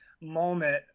moment